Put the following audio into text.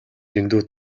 дэндүү